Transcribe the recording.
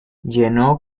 llenó